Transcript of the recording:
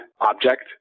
object